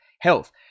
health